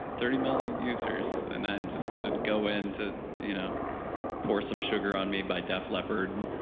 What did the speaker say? thirty million users. and then just go into you know pour some sugar on me by def leppard.